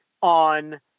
on